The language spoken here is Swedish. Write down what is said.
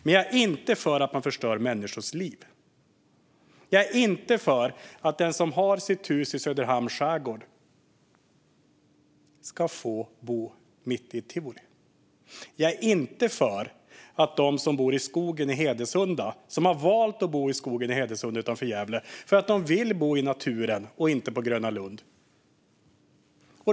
Men jag är inte för att man förstör människors liv. Jag är inte för att den som har sitt hus i Söderhamns skärgård ska få bo mitt i ett tivoli. Jag är inte för att de som bor i skogen i Hedesunda utanför Gävle och som har valt att göra det för att de vill bo i naturen ska behöva bo som på Gröna Lund.